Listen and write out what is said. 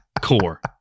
core